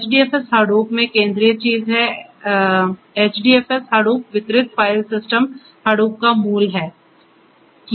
HDFS Hadoop में केंद्रीय चीज़ है HDFS Hadoop वितरित फ़ाइल सिस्टम Hadoop का मूल है